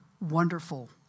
wonderful